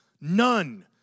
none